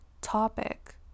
topic